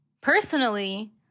Personally